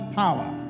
power